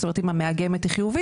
זאת אומרת אם המאגמת היא חיובית,